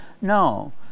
No